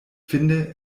finde